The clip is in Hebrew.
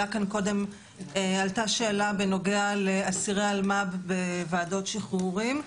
עלתה כאן קודם שאלה בנוגע לאסירי אלמ"ב בוועדות שחרורים.